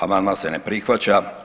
Amandman se ne prihvaća.